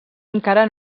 encara